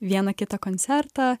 vieną kitą koncertą